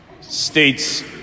states